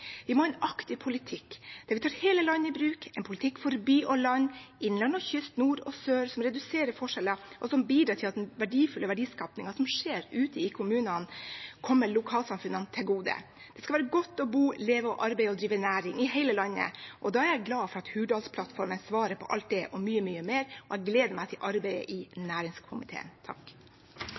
Vi må ha en aktiv politikk der vi tar hele landet i bruk, en politikk for by og land, innland og kyst, nord og sør, som reduserer forskjeller, og som bidrar til at den verdifulle verdiskapingen som skjer ute i kommunene, kommer lokalsamfunnene til gode. Det skal være godt å bo, leve, arbeide og drive næring i hele landet, og da er jeg glad for at Hurdalsplattformen svarer på alt det, og mye, mye mer, og jeg gleder meg til arbeidet i næringskomiteen.